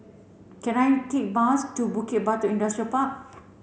can I take a bus to Bukit Batok Industrial Park